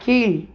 கீழ்